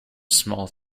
small